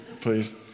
please